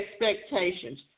expectations